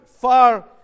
far